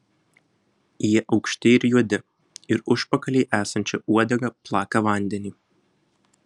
jie aukšti ir juodi ir užpakalyje esančia uodega plaka vandenį